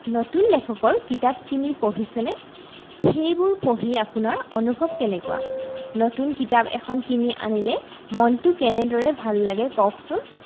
নতুন লেখকৰ কিতাপ কিনি পঢ়িছেনে সেইবোৰ পঢ়ি আপোনাৰ অনুভৱ কেনেকুৱা নতুন কিতাপ এখন কিনি আনিলে মনটো কেনেদৰে ভাল লাগে কওকচোন